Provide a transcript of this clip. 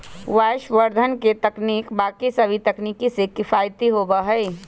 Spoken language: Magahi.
वायवसंवर्धन के तकनीक बाकि सभी तकनीक से किफ़ायती होबा हई